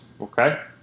Okay